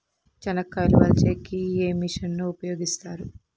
చెనక్కాయలు వలచే కి ఏ మిషన్ ను ఉపయోగిస్తారు?